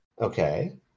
Okay